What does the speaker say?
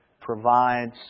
provides